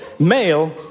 Male